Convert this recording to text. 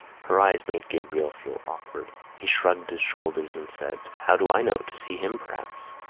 her eyes made gabriel feel awkward. he shrugged his shoulders and said how do i know? to see him, perhaps.